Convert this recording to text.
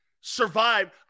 survive